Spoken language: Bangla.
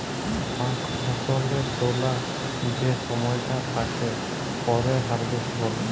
পাক ফসল তোলা যে সময়টা তাকে পরে হারভেস্ট বলে